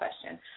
question